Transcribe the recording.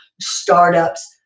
startups